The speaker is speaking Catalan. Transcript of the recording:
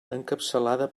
encapçalada